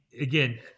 again